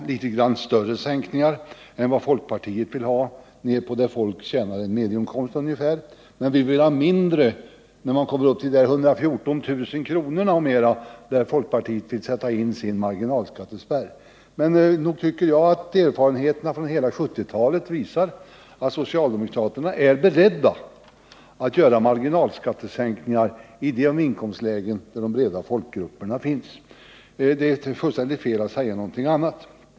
Vi vill ha litet större sänkningar än vad folkpartiet vill ge ner till vad folk tjänar som medelinkomst ungefär, men vi vill ge mindre åt dem som kommer upp till de 114 000 kr. där folkpartiet vill sätta in sin marginalskattespärr. Nog tycker jag att erfarenheterna från hela 1970-talet visar att socialdemokraterna är beredda att göra marginalskattesänkningar i de lägen där de breda folkgrupperna finns. Det är fullständigt fel att påstå någonting annat.